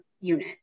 unit